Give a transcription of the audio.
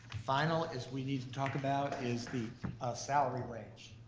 final is we need to talk about is the salary range.